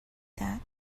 that